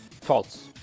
false